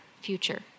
future